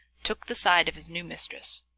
took the side of his new mistress.